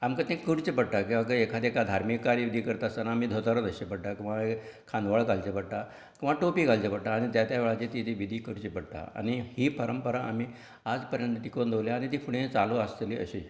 आमकां तें करचे पडटा किंवां ते एखादें धार्मीक कार्य कितें करता आसतना आमी धोंतर न्हेसचे पडटा किंवां हें खानावळ घालचें पडटा किंवां टोपी घालचें पडटा आनी त्या त्या वेळाचेर ती ती विधी करची पडटा आनी ही परंपरा आमी आज पर्यंत टिकोवन दवरल्या आनी ती फुडें चालू आसतली अशीं